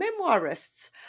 memoirists